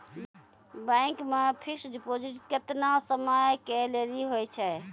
Bank मे fixed deposit केतना समय के लेली होय छै?